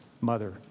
mother